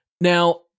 Now